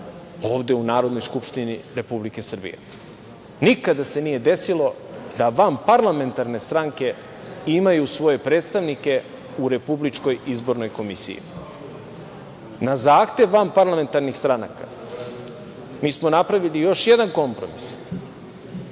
ovde u Narodnoj skupštini Republike Srbije. Nikada se nije desilo da vanparlamentarne stranke imaju svoje predstavnike u RIK. Na zahtev vanparlamentarnih stranaka, mi smo napravili još jedan kompromis,